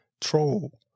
troll